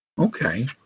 okay